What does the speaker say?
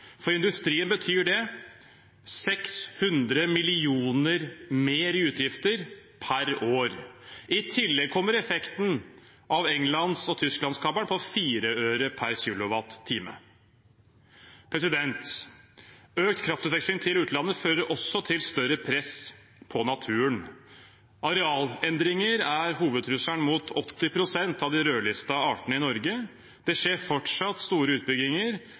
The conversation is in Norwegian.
For industrien betyr det 600 mill. kr mer i utgifter per år. I tillegg kommer effekten av kablene til England og Tyskland på 4 øre per kWh. Økt kraftutveksling til utlandet fører også til større press på naturen. Arealendringer er hovedtrusselen mot 80 pst. av de rødlistede artene i Norge. Det skjer fortsatt store utbygginger